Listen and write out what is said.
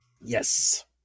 Yes